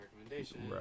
recommendation